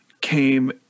came